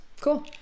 Cool